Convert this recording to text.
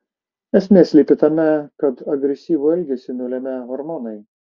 esmė slypi tame kad agresyvų elgesį nulemia hormonai